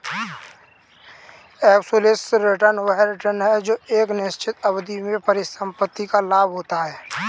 absolute return वह return है जो एक निश्चित अवधि में परिसंपत्ति का लाभ होता है